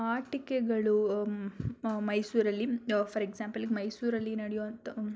ಆಟಿಕೆಗಳು ಮೈಸೂರಲ್ಲಿ ಫಾರ್ ಎಕ್ಸಾಂಪಲ್ಗೆ ಮೈಸೂರಲ್ಲಿ ನಡೆಯುವಂಥ